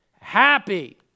happy